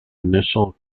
initial